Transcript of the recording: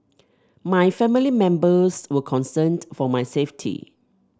my family members were concerned for my safety